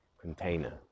container